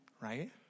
right